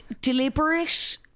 deliberate